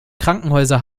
krankenhäuser